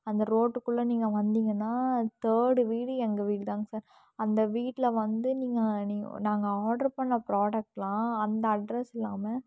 அந்த ரோட்டுக்குள்ளே நீங்கள் வந்தீங்கன்னால் தேர்டு வீடு எங்கள் வீடுதாங்க சார் அந்த வீட்டில் வந்து நீங்கள் நீங்கள் நாங்கள் ஆர்ட்ரு பண்ண ப்ரோடக்ட்லாம் அந்த அட்ரஸ் இல்லாமல்